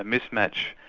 mismatch.